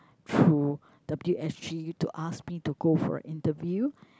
through W_S_G to ask me to go for an interview